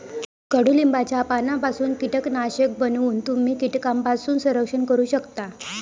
कडुलिंबाच्या पानांपासून कीटकनाशक बनवून तुम्ही कीटकांपासून संरक्षण करू शकता